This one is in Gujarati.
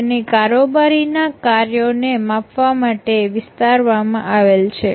તેને કારોબારી ના કાર્યો ને માપવા માટે વિસ્તારવામાં આવેલ છે